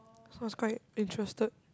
so I was quite interested